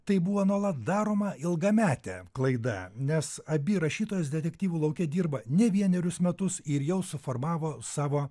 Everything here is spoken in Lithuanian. tai buvo nuolat daroma ilgametė klaida nes abi rašytojas detektyvų lauke dirba ne vienerius metus ir jau suformavo savo